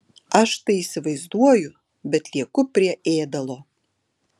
aš tai įsivaizduoju bet lieku prie ėdalo